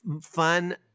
fun